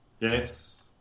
Yes